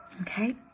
Okay